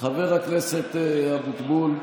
חבר הכנסת אבוטבול,